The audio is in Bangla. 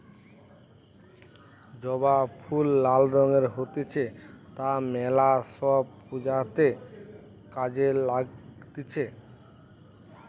জবা ফুল লাল রঙের হতিছে তা মেলা সব পূজাতে কাজে লাগতিছে